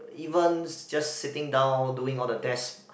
even it just sitting down doing all the desk